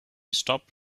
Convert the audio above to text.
stop